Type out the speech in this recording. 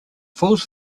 falls